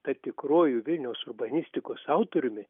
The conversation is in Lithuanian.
tad tikruoju vilniaus urbanistikos autoriumi